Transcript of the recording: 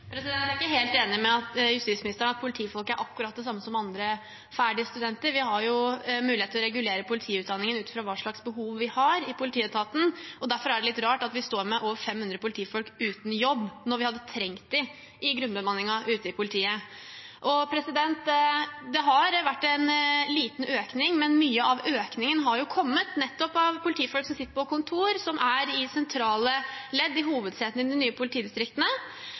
Jeg er ikke helt enig med justisministeren i at politifolk er akkurat det samme som andre ferdige studenter. Vi har mulighet til å regulere politiutdanningen ut fra hva slags behov vi har i politietaten, og derfor er det litt rart at vi står med over 500 politifolk uten jobb når vi hadde trengt dem i grunnbemanningen ute i politiet. Det har vært en liten økning, men mye av økningen har kommet nettopp av politifolk som sitter på kontor, som er i sentrale ledd i hovedsetene i de nye politidistriktene.